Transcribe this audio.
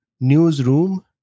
newsroom